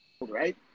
right